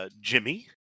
Jimmy